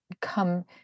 come